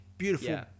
Beautiful